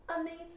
Amazing